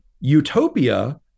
utopia